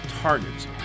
targets